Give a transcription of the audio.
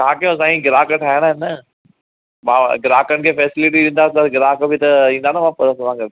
छा कयां साईं ग्राहक ठाहिणा आहिनि न हा ग्राहकनि के फैसिलिटी ॾींदा त ग्राहक बि ईंदा न वापसि